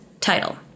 title